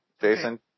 Jason